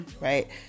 right